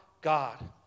God